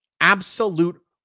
Absolute